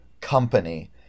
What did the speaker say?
company